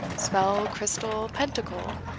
spell, crystal, pentacle,